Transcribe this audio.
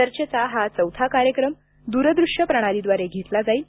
चर्चेचा हा चौथा कार्यक्रम द्रदृश्य प्रणालीद्वारे घेतला जाईल